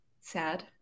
sad